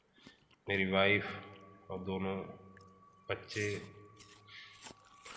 मेरी वाइफ और दोनों बच्चे